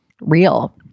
real